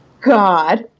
god